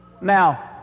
Now